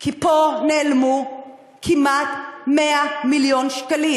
כי פה נעלמו כמעט 100 מיליון שקלים.